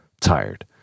tired